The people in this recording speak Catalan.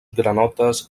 granotes